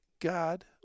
God